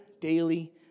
daily